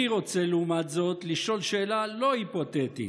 אני, לעומת זאת, רוצה לשאול שאלה לא היפותטית: